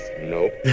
Nope